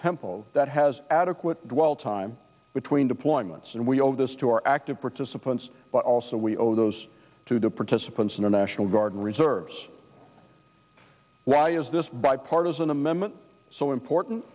tempo that has adequate dwell time between deployments and we owe this to our active participants but also we owe those to the participants in the national guard and reserves why is this bipartisan amendment so important